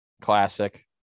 classic